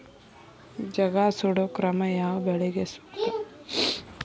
ಜಗಾ ಸುಡು ಕ್ರಮ ಯಾವ ಬೆಳಿಗೆ ಸೂಕ್ತ?